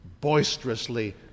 boisterously